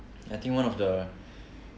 I think one of the